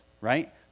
right